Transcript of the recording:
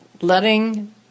letting